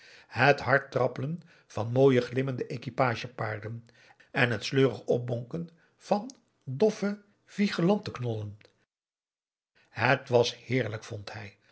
het hard trappelen van mooie glimmende equipage paarden en het sleurig opbonken van doffe vigelantenknollen het was heerlijk vond hij